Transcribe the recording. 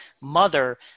mother